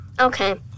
Okay